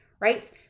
right